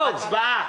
הצבעה.